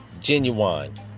Genuine